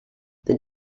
this